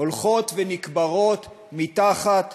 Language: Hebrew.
הולכות ונקברות תחת